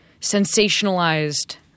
sensationalized